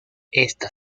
esta